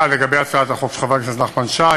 לגבי הצעת החוק של חבר הכנסת נחמן שי.